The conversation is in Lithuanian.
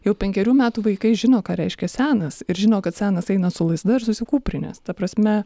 jau penkerių metų vaikai žino ką reiškia senas ir žino kad senas eina su lazda ir susikūprinęs ta prasme